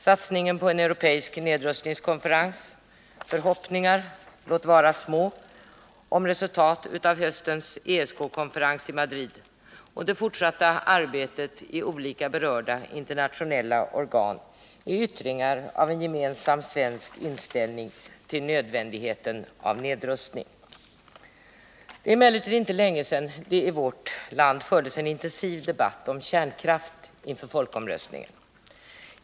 Satsningen på en europeisk rustningskonferens, förhoppningar — låt vara små — om resultatet av höstens ESK-konferens i Madrid och det fortsatta arbetet i olika berörda internationella organ är yttringar av en gemensam svensk inställning till nödvändigheten av nedrustning. Det är emellertid inte länge sedan det i vårt land fördes en intensiv debatt om kärnkraft inför folkomröstningen.